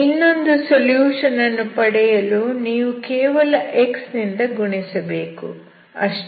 ಇನ್ನೊಂದು ಸೊಲ್ಯೂಷನ್ ಅನ್ನು ಪಡೆಯಲು ನೀವು ಕೇವಲ x ನಿಂದ ಗುಣಿಸಬೇಕು ಅಷ್ಟೇ